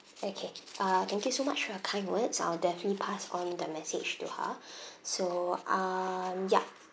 okay uh thank you so much for your kind words I'll definitely pass on the message to her so um ya